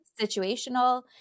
situational